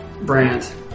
Brant